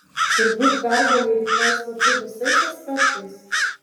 turbūt pergalė rytoj svarbi visais aspektais